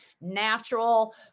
natural